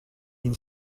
been